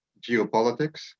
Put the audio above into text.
geopolitics